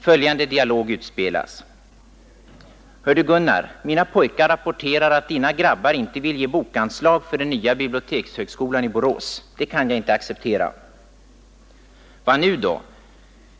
Följande dialog utspelas: Ingvar: Hör du Gunnar, mina pojkar rapporterar att dina grabbar inte vill ge bokanslag för den nya bibliotekshögskolan i Borås. Det kan jag inte acceptera. Gunnar: Vad nu då?